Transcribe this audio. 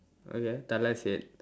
okay thala said